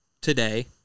today